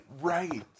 Right